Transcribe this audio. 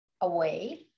away